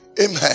amen